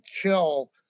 kill